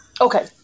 okay